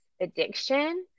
Addiction